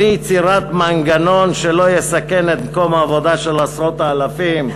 בלי יצירת מנגנון שלא יסכן את מקום העבודה של עשרות האלפים,